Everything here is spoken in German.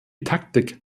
taktik